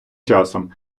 часом